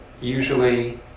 usually